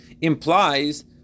Implies